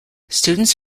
students